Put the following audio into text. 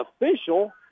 official